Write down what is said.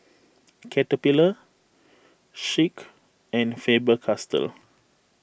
Caterpillar Schick and Faber Castell